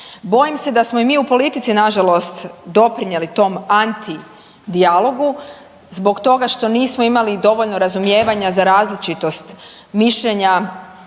Bojim se da smo i mi u polici nažalost doprinijeli tom antidijalogu zbog toga što nismo imali dovoljno razumijevanja za različitost mišljenja